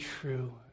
true